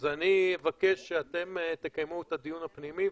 אז אני אבקש שאתם תקיימו את הדיון הפנימי,